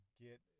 get